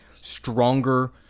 stronger